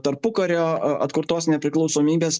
tarpukario atkurtos nepriklausomybės